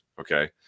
Okay